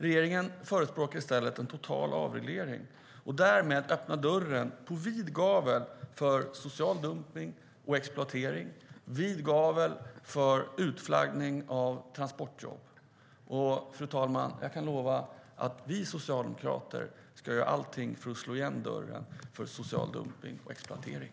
Regeringen förespråkar i stället en total avreglering och öppnar därmed dörren på vid gavel för social dumpning, exploatering och utflaggning av transportjobb. Fru talman! Jag kan lova att vi socialdemokrater ska göra allting för att slå igen dörren för social dumpning och exploatering.